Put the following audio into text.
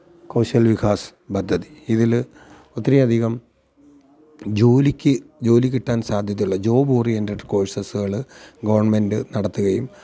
കൗശാല് വികാസ് പദ്ധതി ഇതിൽ ഒത്തിരി അധികം ജോലിക്ക് ജോലി കിട്ടാന് സാധ്യതയുള്ള ജോബ് ഓറിയന്റഡ് കോഴ്സസ്കള് ഗവണ്മെന്റ് നടത്തുകയും